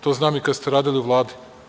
To znam i kada ste radili u Vladi.